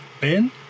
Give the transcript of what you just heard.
Ben